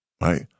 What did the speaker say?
right